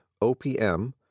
OPM